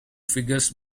figures